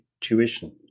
tuition